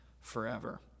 forever